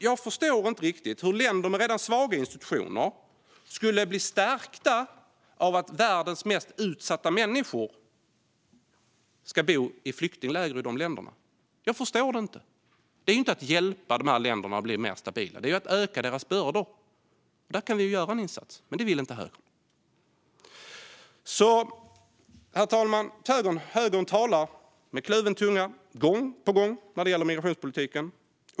Jag förstår inte riktigt hur länder med redan svaga institutioner skulle bli stärkta av att världens mest utsatta ska bo i flyktingläger i de länderna. Det är inte att hjälpa dessa länder att bli mer stabila. Det är ju att öka deras bördor. Där kan vi göra en insats. Men det vill inte högern. Herr talman! Högern talar alltså gång på gång med kluven tunga när det gäller migrationspolitiken.